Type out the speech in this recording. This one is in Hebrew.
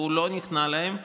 והוא לא נכנע להם,